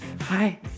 hi